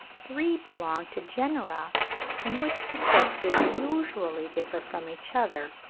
three belong to genera in which the sexes usually differ from each other,